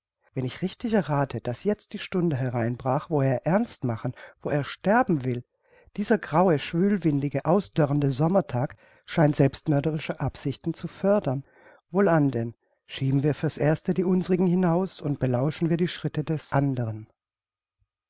wenn ich richtig errathe daß jetzt die stunde hereinbrach wo er ernst machen wo er sterben will dieser graue schwülwindige ausdörrende sommertag scheint selbstmörderische absichten zu fördern wohlan denn schieben wir für's erste die unsrigen hinaus und belauschen wir die schritte des andern